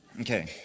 Okay